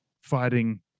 fighting